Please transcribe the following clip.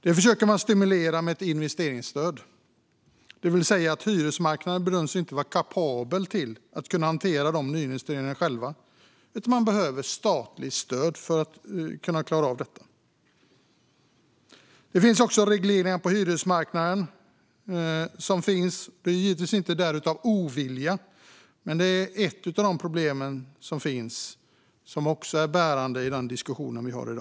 Det försöker regeringen stimulera med ett investeringsstöd eftersom man bedömer att hyresmarknaden inte är kapabel att själv hantera nyinvesteringar och därför behöver statligt stöd. Regleringarna på hyresmarknaden finns givetvis inte där av illvilja, men de är problematiska och har bäring på dagens debatt.